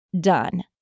done